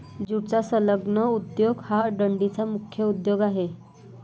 ज्यूटचा संलग्न उद्योग हा डंडीचा मुख्य उद्योग आहे